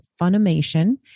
Funimation